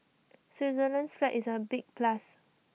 Switzerland's flag is A big plus